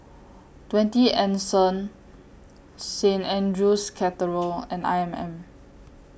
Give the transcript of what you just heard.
twenty Anson Saint Andrew's Cathedral and I M M